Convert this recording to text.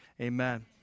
Amen